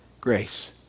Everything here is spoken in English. grace